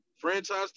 franchise